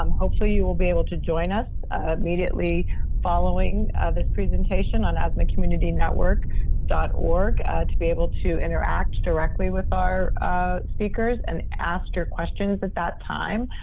um hopefully, you will be able to join us immediately following this presentation on asthmacommunitynetwork dot org to be able to interact directly with our speakers and ask your questions at that time.